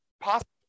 possible